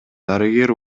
дарыгер